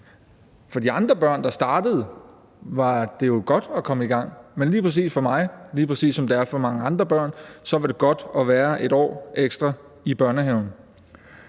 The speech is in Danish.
For de andre børn, der startede, var det jo godt at komme i gang, men lige præcis for mig, lige præcis som det er for mange andre børn, så var det godt at være 1 år ekstra i børnehaven.